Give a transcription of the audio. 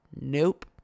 Nope